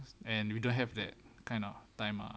and we don't have that kind of time ah